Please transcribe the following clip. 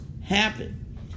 happen